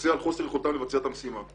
יכסה על חוסר יכולתם לבצע את המשימה.